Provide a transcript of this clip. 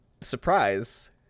surprise